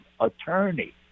attorney